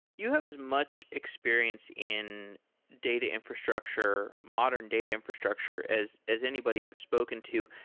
you have as much experience in data infrastructure, modern data infrastructure as as anybody i have spoken to.